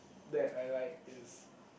that I like is